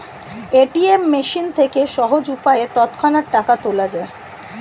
ATM machine থেকে সহজ উপায়ে তৎক্ষণাৎ টাকা তোলা যায়